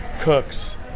cooks